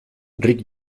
rick